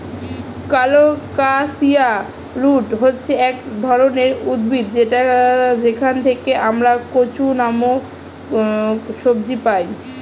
colocasia root হচ্ছে এক ধরনের উদ্ভিদ যেখান থেকে আমরা কচু নামক সবজি পাই